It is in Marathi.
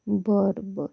बरं बरं